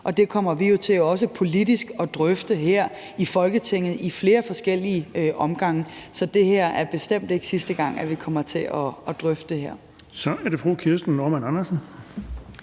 det kommer vi jo også til politisk at drøfte her i Folketinget ad flere forskellige omgange. Så det er bestemt ikke sidste gang, at vi kommer til at drøfte det her. Kl. 17:29 Den fg. formand (Erling